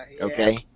Okay